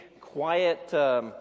quiet